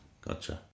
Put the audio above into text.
gotcha